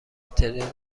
طریق